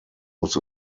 muss